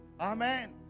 Amen